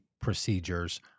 procedures